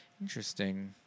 Interesting